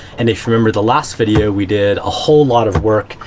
and if you remember the last video, we did a whole lot of work.